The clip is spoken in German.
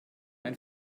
ein